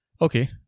Okay